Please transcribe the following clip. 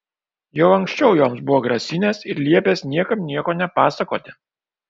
jau anksčiau joms buvo grasinęs ir liepęs niekam nieko nepasakoti